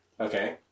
Okay